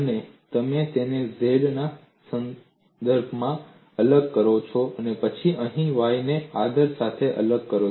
અને તમે તેને z ના સંદર્ભમાં અલગ કરો અને પછી અહીં y ને આદર સાથે અલગ કરો